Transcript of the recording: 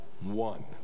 one